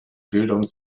bildung